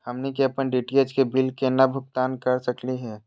हमनी के अपन डी.टी.एच के बिल केना भुगतान कर सकली हे?